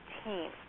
team